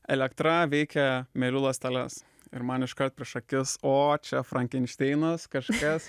elektra veikia mielių ląsteles ir man iškart prieš akis o čia frankenšteinas kažkas